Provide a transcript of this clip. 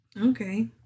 Okay